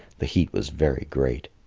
the heat was very great.